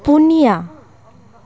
ᱯᱩᱱᱭᱟ